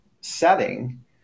setting